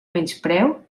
menyspreu